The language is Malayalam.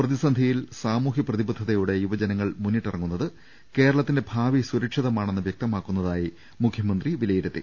പ്രതിസന്ധിയിൽ സാമൂഹ്യ പ്രതിബദ്ധതയോടെ യുവ ജനങ്ങൾ മുന്നിട്ടിറങ്ങുന്നത് കേരളത്തിന്റെ ഭാവി സുരക്ഷിതമാ ണെന്ന് വൃക്തമാക്കുന്നതായി മുഖ്യമന്ത്രി വിലയിരുത്തി